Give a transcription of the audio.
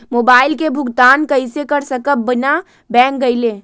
Mobile के भुगतान कईसे कर सकब बिना बैंक गईले?